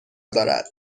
دارد